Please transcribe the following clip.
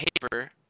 paper